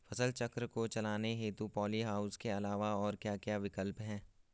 फसल चक्र को चलाने हेतु पॉली हाउस के अलावा और क्या क्या विकल्प हैं?